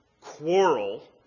Quarrel